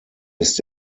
ist